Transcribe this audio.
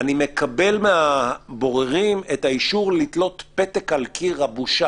אני מקבל מן הבוררים את האישור לתלות פתק על קיר הבושה,